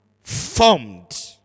formed